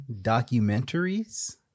documentaries